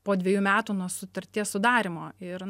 po dvejų metų nuo sutarties sudarymo ir